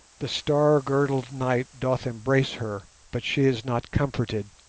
the star-girdled night doth embrace her, but she is not comforted.